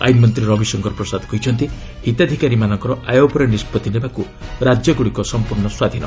ଆଇନ୍ ମନ୍ତ୍ରୀ ରବିଶଙ୍କର ପ୍ରସାଦ କହିଛନ୍ତି ହିତାଧିକାରୀମାନଙ୍କର ଆୟ ଉପରେ ନିଷ୍ପତ୍ତି ନେବାକୁ ରାଜ୍ୟଗୁଡ଼ିକ ସମ୍ପର୍ଣ୍ଣ ସ୍ୱାଧୀନ